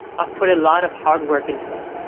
i've put a lot of hard work into it.